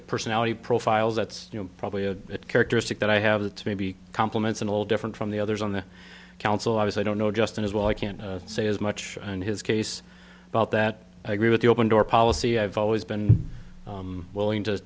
at personality profiles that's probably a characteristic that i have that may be compliments and all different from the others on the council i was i don't know just as well i can't say as much in his case about that i agree with the open door policy i've always been willing to